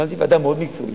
הקמתי ועדה מאוד מקצועית.